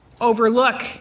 overlook